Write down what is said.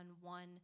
one